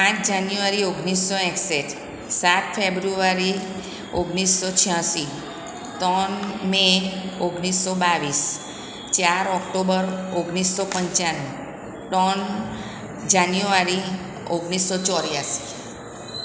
પાંચ જાન્યુવારી ઓગણીસો એકસઠ સાત ફેબ્રુવારી ઓગણીસો છ્યાસી ત્રણ મે ઓગણીસો બાવીસ ચાર ઓક્ટોબર ઓગણીસો પંચાણું ત્રણ જાન્યુવારી ઓગણીસો ચોર્યાસી